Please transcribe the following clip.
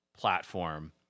platform